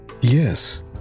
Yes